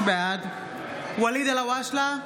בעד ואליד אלהואשלה,